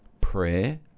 prayer